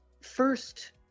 first